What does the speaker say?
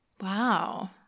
Wow